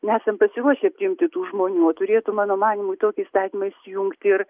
nesam pasiruošę priimti tų žmonių o turėtų mano manymu į tokį įstatymą įsijungti ir